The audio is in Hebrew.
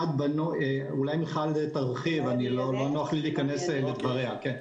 אולי מיכל תרחיב, לא נוח לי להיכנס לדבריה.